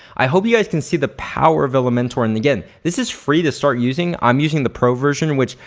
i hope you guys can see the power of elementor and again, this is free to start using. i'm using the pro version which,